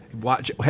watch